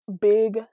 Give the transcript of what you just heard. big